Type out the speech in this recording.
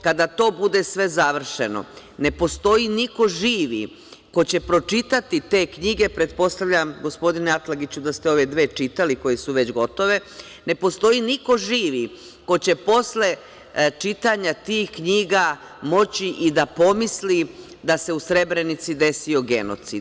Kada bude sve završeno, ne postoji niko živi ko će pročitati te knjige, pretpostavljam, gospodine Atlagiću, da ste ove dve čitali koje su već gotove, ne postoji niko živi ko će posle čitanja tih knjiga moći i da pomisli da se u Srebrenici desio genocid.